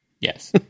Yes